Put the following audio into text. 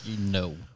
no